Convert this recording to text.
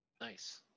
nice